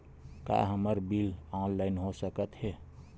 का हमर bill online हो सकत हे?